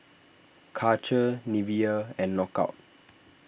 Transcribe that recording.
Karcher Nivea and Knockout